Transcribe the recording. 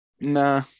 Nah